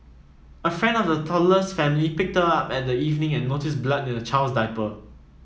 a friend of the toddler's family picked her up at that evening and noticed blood in the child's diaper